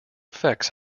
effects